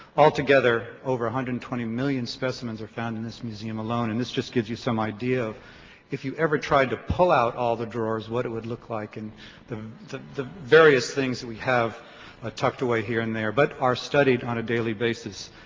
all together over one hundred and twenty million specimens are found in this museum alone and this just gives you some idea of if you ever tried to pull out all the drawers what it would look like and the the various things we have ah tucked away here and there but are studied on a daily basis.